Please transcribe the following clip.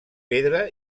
pedra